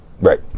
Right